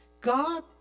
god